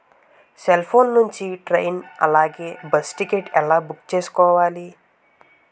Cell phone నుండి train అలాగే bus ticket ఎలా బుక్ చేసుకోవాలి?